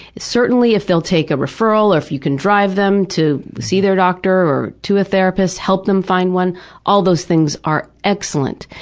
certainly if they'll take a referral or if you can drive them to see their doctor or to a therapist, help them find one all those things are excellent.